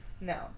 no